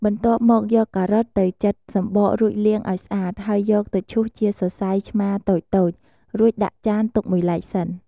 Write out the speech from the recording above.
បន្ទាប់មក យកការ៉ុតទៅចិតសំបករួចលាងឱ្យស្អាត ហើយយកទៅឈូសជាសរសៃឆ្មាតូចៗ រួចដាក់ចានទុកមួយឡែកសិន។